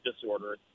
disorder